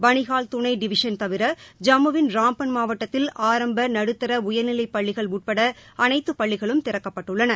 பனிஹால் துணை டிவிஷன் தவிர ஜம்முவின் ராம்பன் மாவட்டத்தில் ஆரம்ப நடுத்தர உயர்நிலை பள்ளிகள் உட்பட அனைத்து பள்ளிகளும் திறக்கப்பட்டுள்ளன